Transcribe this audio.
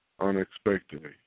unexpectedly